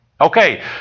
Okay